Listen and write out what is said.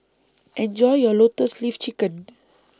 Enjoy your Lotus Leaf Chicken